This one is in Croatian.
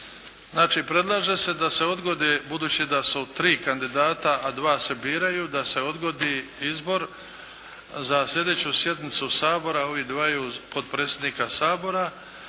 Znači predlaže se da se odgodi, budući da su tri kandidata a dva se biraju, da se odgodi izbor za sljedeću sjednicu Sabora ovih dvaju potpredsjednika Sabora,